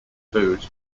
foods